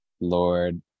Lord